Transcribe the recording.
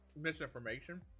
misinformation